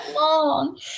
long